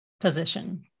position